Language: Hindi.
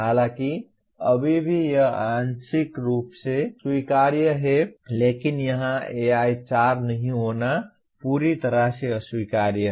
हालांकि अभी भी यह आंशिक रूप से स्वीकार्य है लेकिन यहां AI4 नहीं होना पूरी तरह से अस्वीकार्य है